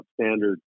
standard